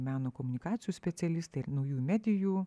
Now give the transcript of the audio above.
meno komunikacijų specialistai ir naujųjų medijų